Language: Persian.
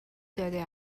داده